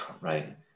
Right